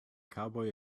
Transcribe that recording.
cowboy